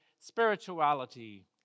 spirituality